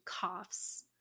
coughs